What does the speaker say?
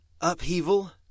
Upheaval